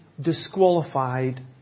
disqualified